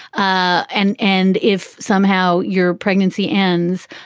ah and and if somehow your pregnancy ends,